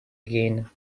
gain